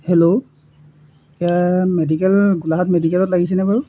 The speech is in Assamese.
হেল্ল' এয়া মেডিকেল গোলাঘাট মেডিকেলত লাগিছেনে বাৰু